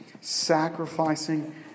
sacrificing